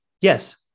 Yes